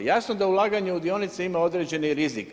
Jasno da ulaganje u dionice ima određeni rizik.